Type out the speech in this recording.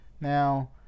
now